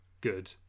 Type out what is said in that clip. good